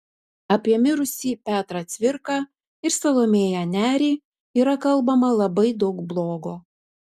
apie mirusį petrą cvirką ir salomėją nerį yra kalbama labai daug blogo